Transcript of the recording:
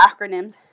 acronyms